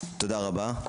תודה רבה.